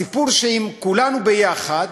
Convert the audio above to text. הסיפור הוא שאם כולנו ביחד,